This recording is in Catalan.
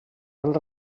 els